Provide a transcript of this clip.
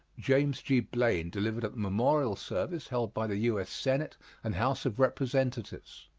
james g. blaine, delivered at the memorial service held by the u s. senate and house of representatives.